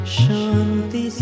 shanti